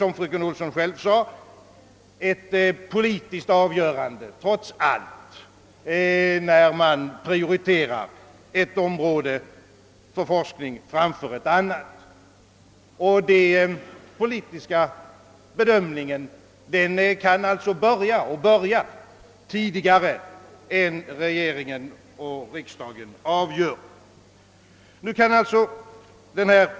Som fröken Olsson själv sade, är det trots allt ett politiskt avgörande man träffar när man prioriterar ett område för forskning framför ett annat. Den politiska bedömningen kan sålunda börja och börjar också åtskilligt tidigare än då regeringen och riksdagen träffar sitt avgörande.